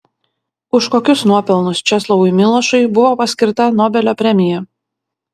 už kokius nuopelnus česlovui milošui buvo paskirta nobelio premija